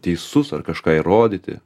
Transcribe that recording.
teisus ar kažką įrodyti